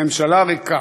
ממשלה ריקה.